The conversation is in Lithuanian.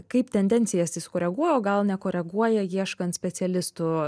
kaip tendencijas jis koreguoja o gal nekoreguoja ieškant specialistų